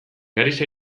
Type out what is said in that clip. gariz